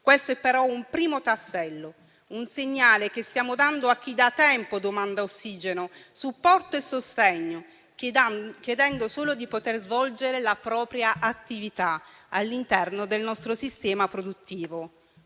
Questo è però un primo tassello, un segnale che stiamo dando a chi da tempo domanda ossigeno, supporto e sostegno, chiedendo solo di poter svolgere la propria attività all'interno del nostro sistema produttivo.